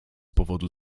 powodu